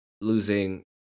losing